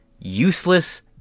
useless